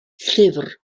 llyfr